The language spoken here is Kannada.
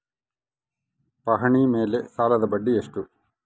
ಪಹಣಿ ಮೇಲೆ ಸಾಲದ ಬಡ್ಡಿ ಎಷ್ಟು?